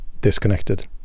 disconnected